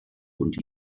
und